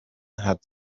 had